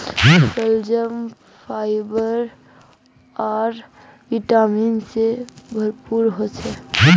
शलजम फाइबर आर विटामिन से भरपूर ह छे